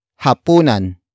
HAPUNAN